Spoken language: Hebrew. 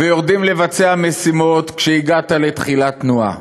ויורדים לבצע משימות כשהגעת לתחילת תנועה.